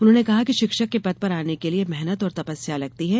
उन्होंने कहा है कि शिक्षक के पद पर आने के लिए मेहनत और तपस्या लगती है